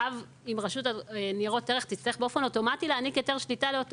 אם רשות ניירות ערך תצטרך להעניק שליטה באופן